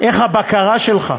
איך הבקרה שלך?